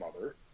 mother